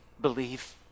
believe